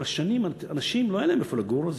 עם השנים לאנשים לא היה היכן לגור ואז